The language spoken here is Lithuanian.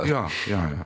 jo jo jo